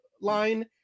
line